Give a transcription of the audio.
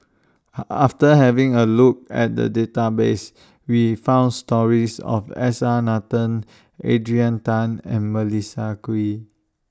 after taking A Look At The Database We found stories of S R Nathan Adrian Tan and Melissa Kwee